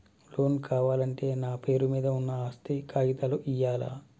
Loan కావాలంటే నా పేరు మీద ఉన్న ఆస్తి కాగితాలు ఇయ్యాలా?